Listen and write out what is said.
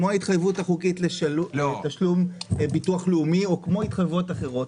כמו ההתחייבות החוקית לתשלום ביטוח לאומי או כמו התחייבויות אחרות,